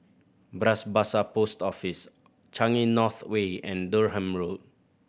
Bras Basah Post Office Changi North Way and Durham Road